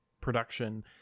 production